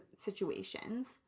situations